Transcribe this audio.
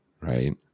Right